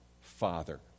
Father